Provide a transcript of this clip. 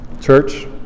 church